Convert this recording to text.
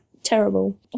Terrible